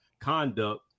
conduct